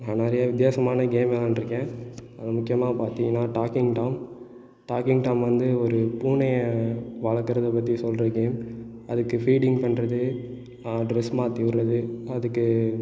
நான் நிறைய வித்தியாசமான கேம் விளையாண்டுருக்கேன் அதில் முக்கியமா பார்த்திங்னா டாக்கிங் டாம் டாக்கிங் டாம் வந்து ஒரு பூனையை வளர்க்குறத பற்றி சொல்கிற கேம் அதுக்கு ஃபீடிங் பண்ணுறது அ ட்ரெஸ் மாற்றி விடுறது அதுக்கு